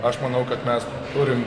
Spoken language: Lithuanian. aš manau kad mes turim